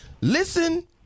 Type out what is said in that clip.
Listen